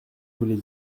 voulez